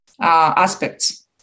aspects